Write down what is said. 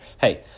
Hey